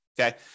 Okay